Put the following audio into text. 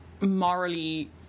morally